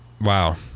wow